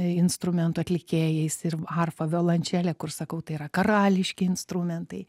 instrumentų atlikėjais ir arfa violončele kur sakau tai yra karališki instrumentai